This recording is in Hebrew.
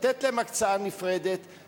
לתת להן הקצאה נפרדת,